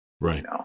Right